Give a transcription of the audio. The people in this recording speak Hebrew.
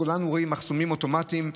כולנו רואים מחסומים אוטומטיים,